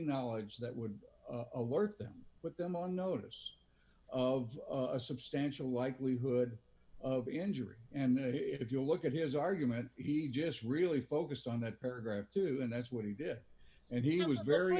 knowledge that would alert them but them on notice of a substantial likelihood of injury and if you look at his argument he just really focused on that paragraph too and that's what he did and he was very